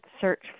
search